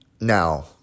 now